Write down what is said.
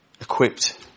equipped